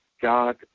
God